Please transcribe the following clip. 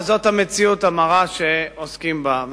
זאת המציאות המרה שעוסקים בה,